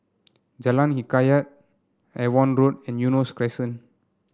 Jalan Hikayat Avon Road and Eunos Crescent